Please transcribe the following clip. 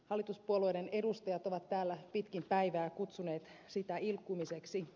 hallituspuolueiden edustajat ovat täällä pitkin päivää kutsuneet sitä ilkkumiseksi